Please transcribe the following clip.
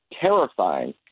terrifying